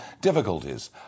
difficulties